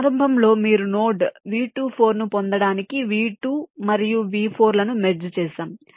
కాబట్టి ప్రారంభంలో మీరు నోడ్ V24 ను పొందడానికి V2 మరియు V4 లను మెర్జ్ చేసాం